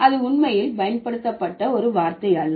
அது உண்மையில் பயன்படுத்தப்பட்ட ஒரு வார்த்தை அல்ல